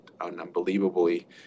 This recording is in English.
unbelievably